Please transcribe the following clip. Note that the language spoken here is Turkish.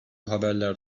haberler